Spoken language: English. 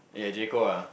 oh yeah J-Co ah